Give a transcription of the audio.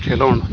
ᱠᱷᱮᱞᱳᱸᱰ